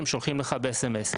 הם שולחים לך ב-SMS.